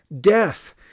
death